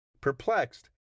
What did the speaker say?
Perplexed